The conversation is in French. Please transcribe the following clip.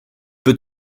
peux